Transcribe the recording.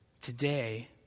Today